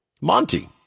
Monty